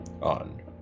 on